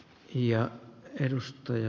arvoisa puhemies